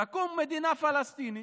תקום מדינה פלסטינית.